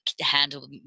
handle